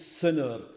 sinner